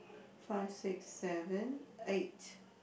five six seven eight